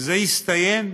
כשזה יסתיים,